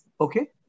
Okay